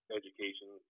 education